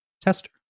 tester